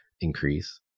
increase